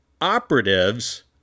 operatives